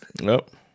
Nope